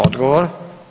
Odgovor.